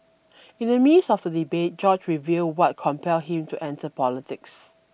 in the midst of the debate George revealed what compelled him to enter politics